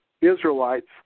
Israelites